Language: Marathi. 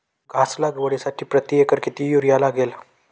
घास लागवडीसाठी प्रति एकर किती युरिया लागेल?